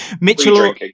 Mitchell